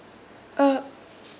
uh